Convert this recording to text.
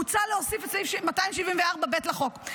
מוצע להוסיף את סעיף 274ב לחוק,